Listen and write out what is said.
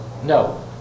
No